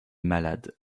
malades